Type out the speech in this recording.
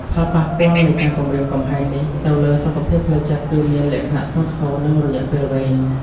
ផលប៉ះពាល់នៃការគំរាមកំហែងនេះទៅលើសុខភាពផ្លូវចិត្តគឺមានលក្ខណៈធ្ងន់ធ្ងរ និងរយៈពេលវែង។